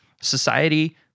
society